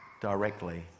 directly